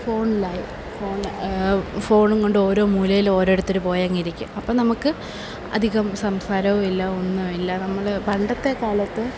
ഫോണിലായി ഫോണും കൊണ്ടോരോ മൂലയില് ഒരോരുത്തര് പോയങ്ങിരിക്കും അപ്പം നമ്മള്ക്ക് അധികം സംസാരവുമില്ല ഒന്നുമില്ല നമ്മള് പണ്ടത്തെ കാലത്ത്